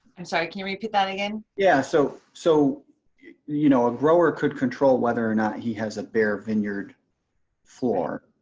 i'm sorry can you repeat that again? yeah so so you know a grower could control whether or not he has a bare vineyard floor,